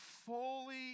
fully